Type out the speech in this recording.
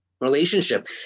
relationship